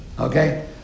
Okay